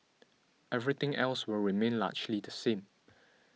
everything else will remain largely the same